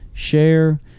share